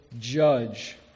judge